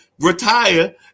Retire